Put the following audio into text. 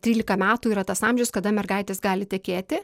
trylika metų yra tas amžius kada mergaitės gali tekėti